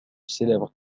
célèbre